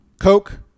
Coke